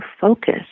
focus